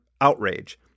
outrage